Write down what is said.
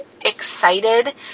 excited